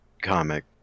comic